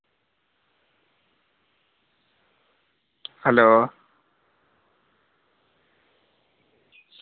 hello